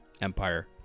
empire